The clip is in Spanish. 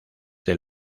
del